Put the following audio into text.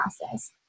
process